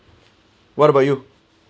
what about you